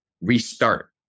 restart